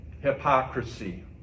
hypocrisy